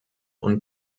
und